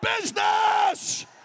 business